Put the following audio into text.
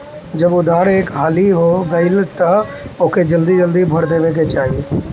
जब उधार एक हाली हो गईल तअ ओके जल्दी जल्दी भर देवे के चाही